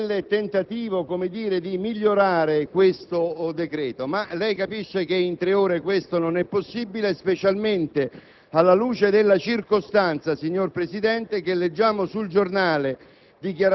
nel tentativo di migliorare questo decreto. Lei capisce, però, che in tre ore questo non è possibile, specialmente alla luce della circostanza, signor Presidente, che leggiamo sul giornale